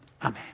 Amen